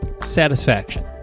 Satisfaction